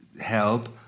help